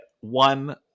one